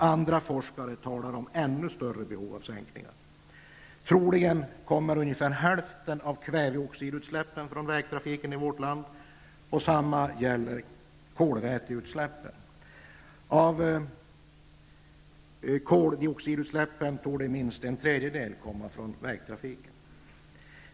Andra forskare talar om ännu större behov av sänkningar. Troligen kommer i vårt land omkring hälften av kväveoxidutsläppen från vägtrafiken. Detsamma gäller kolväteutsläppen. Av koldioxidutsläppen torde minst en tredjedel komma från vägtrafiken.